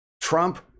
Trump